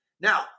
Now